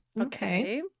Okay